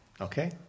okay